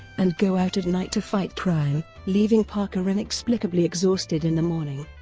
and go out at night to fight crime, leaving parker inexplicably exhausted in the morning.